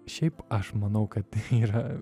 šiaip aš manau kad yra